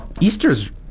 easter's